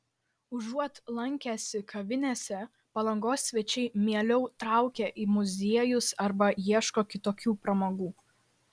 užuot lankęsi kavinėse palangos svečiai mieliau traukia į muziejus arba ieško kitokių pramogų